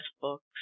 books